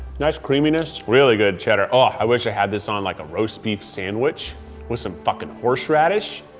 nice creaminess, really good cheddar. oh, i wish i had this on like a roast beef sandwich with some fucking horseradish.